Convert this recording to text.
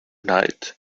night